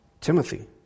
Timothy